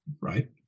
right